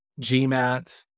GMAT